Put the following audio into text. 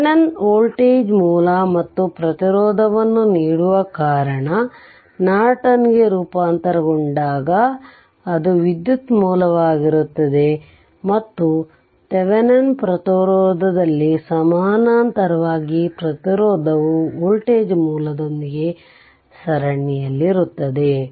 Thevenin voltage ಮೂಲ ಮತ್ತು ಪ್ರತಿರೋಧವನ್ನು ನೀಡುವ ಕಾರಣ ನಾರ್ಟನ್ಗೆ ರೂಪಾಂತರಗೊಂಡಾಗ ಅದು ವಿದ್ಯುತ್ ಮೂಲವಾಗಿರುತ್ತದೆ ಮತ್ತು ಥೆವೆನಿನ್ ಪ್ರತಿರೋಧದಲ್ಲಿ ಸಮಾನಾಂತರವಾಗಿ ಪ್ರತಿರೋಧವು ವೋಲ್ಟೇಜ್ ಮೂಲದೊಂದಿಗೆ ಸರಣಿಯಲ್ಲಿದೆ